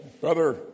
brother